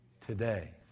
today